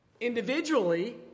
individually